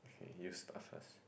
you start first